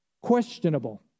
Questionable